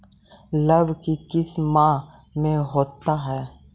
लव की किस माह में होता है?